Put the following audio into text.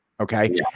Okay